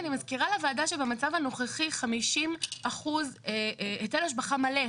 מקבלת 50% היטל השבחה מלא.